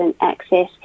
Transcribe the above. access